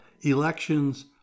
Elections